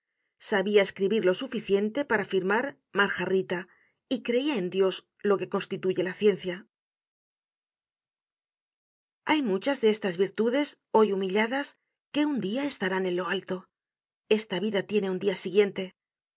sabia escribir lo suficiente para firmar mar jarrita y creia en dios lo que constituye la ciencia content from google book search generated at hay muchas de estas virtudes hoy humilladas que un dia estarán en lo alto esta vida tiene un dia siguiente en